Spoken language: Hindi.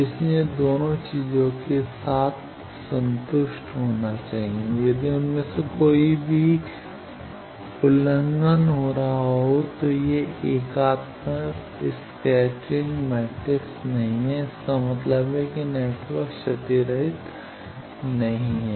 इसलिए दोनों चीजों को एक साथ संतुष्ट होना चाहिए यदि उनमें से कोई भी हो उल्लंघन किया जाता है यह एकात्मक स्कैटरिंग मैट्रिक्स नहीं है इसका मतलब है कि नेटवर्क क्षतिरहित नहीं है